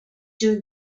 during